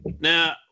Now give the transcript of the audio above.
Now